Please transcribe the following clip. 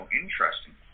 interesting